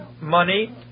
money